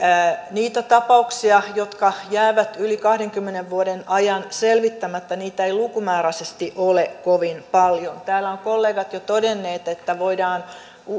niitä tapauksia jotka jäävät yli kahdenkymmenen vuoden ajan selvittämättä ei lukumääräisesti ole kovin paljon täällä ovat kollegat jo todenneet että